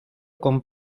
con